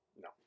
No